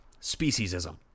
speciesism